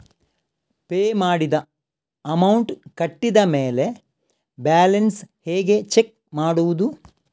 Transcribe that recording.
Pay ಮಾಡಿದ amount ಕಟ್ಟಿದ ಮೇಲೆ ಬ್ಯಾಲೆನ್ಸ್ ಹೇಗೆ ಚೆಕ್ ಮಾಡುವುದು?